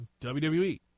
WWE